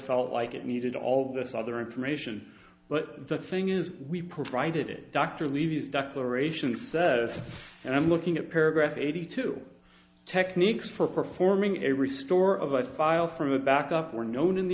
felt like it needed all this other information but the thing is we provided it dr levy as dr aeration says and i'm looking at paragraph eighty two techniques for performing a restore of a file from a backup were known in the